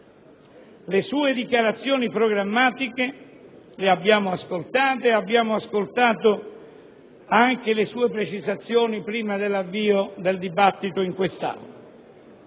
Le sue dichiarazioni programmatiche le abbiamo ascoltate ed abbiamo ascoltato anche le sue precisazioni prima dell'avvio del dibattito in quest'Aula.